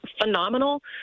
phenomenal